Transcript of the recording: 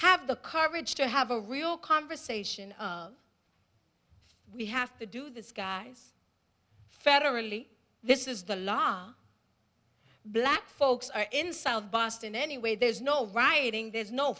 have the courage to have a real conversation we have to do this guys federally this is the law black folks are in south boston anyway there's no rioting there's no